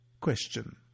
Question